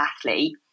athlete